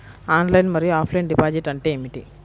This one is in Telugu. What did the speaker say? ఆన్లైన్ మరియు ఆఫ్లైన్ డిపాజిట్ అంటే ఏమిటి?